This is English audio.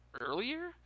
earlier